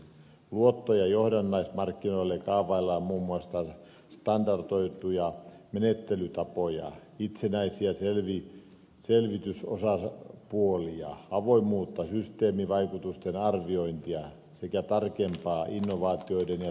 luotto ja johdannaismarkkinoille kaavaillaan muun muassa standardoituja menettelytapoja itsenäisiä selvitysosapuolia avoimuutta systeemivaikutusten arviointia sekä tarkempaa innovaatioiden ja tuotekehittelyn seurantaa